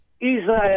Israel